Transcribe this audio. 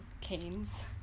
canes